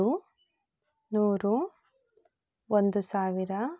ನೂರು ಒಂದು ಸಾವಿರ